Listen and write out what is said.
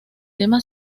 tema